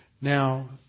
Now